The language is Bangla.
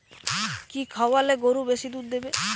কি খাওয়ালে গরু বেশি দুধ দেবে?